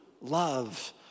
love